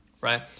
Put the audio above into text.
right